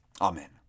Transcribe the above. Amen